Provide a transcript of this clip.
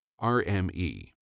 RME